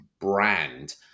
brand